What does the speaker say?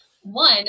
one